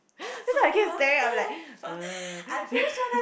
that's why I keep staring I'm like err